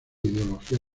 ideología